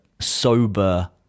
sober